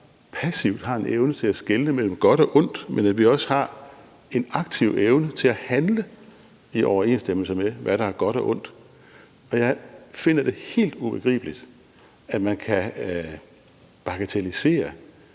passivt har en evne til at skelne mellem godt og ondt, men at vi også har en aktiv evne til at handle i overensstemmelse med, hvad der er godt og ondt. Og jeg finder det helt ubegribeligt, at man kan bagatellisere